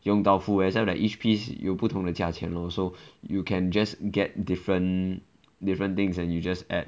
young tau foo except that each piece 有不同的价钱 also you can just get different different things and you just add